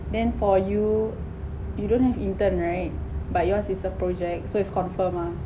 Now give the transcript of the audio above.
then for you you don't have intern right but yours is a project so its confirm ah